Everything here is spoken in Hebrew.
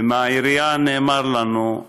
ומהעירייה נאמר לנו,